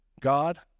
God